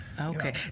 Okay